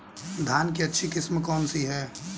धान की अच्छी किस्म कौन सी है?